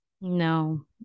no